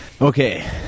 Okay